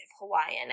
Hawaiian